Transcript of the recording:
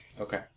Okay